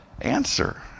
answer